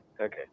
okay